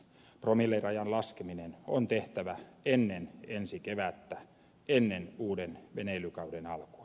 promillerajan laskeminen on tehtävä ennen ensi kevättä ennen uuden veneilykauden alkua